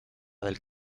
del